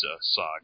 saga